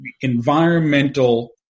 environmental